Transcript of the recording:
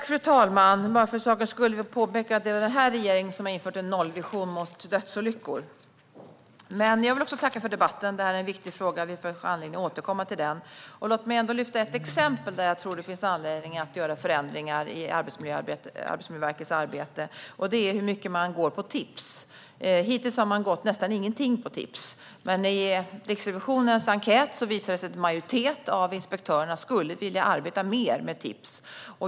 Fru talman! Bara för sakens skull vill jag påpeka att det är den här regeringen som har infört en nollvision när det gäller dödsolyckor. Men jag vill också tacka för debatten. Detta är en viktig fråga. Vi får anledning att återkomma till den. Låt mig ändå lyfta ett exempel där jag tror att det finns anledning att göra förändringar i Arbetsmiljöverkets arbete. Det gäller hur mycket man går på tips. Hittills har man nästan inte alls gått på tips. Men i Riksrevisionens enkät visar det sig att en majoritet av inspektörerna skulle vilja arbeta mer med tips.